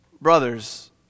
Brothers